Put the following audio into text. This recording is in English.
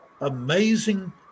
amazing